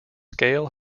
scale